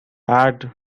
add